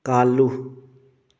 ꯀꯥꯜꯂꯨ